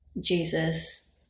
Jesus